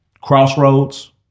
Crossroads